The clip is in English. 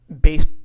base